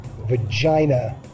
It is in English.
Vagina